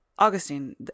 Augustine